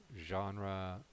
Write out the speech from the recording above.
genre